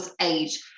age